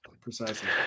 Precisely